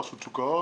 רשות שוק ההון.